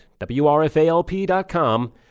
WRFALP.com